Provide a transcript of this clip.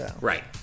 Right